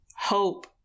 Hope